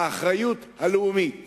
האחריות הלאומית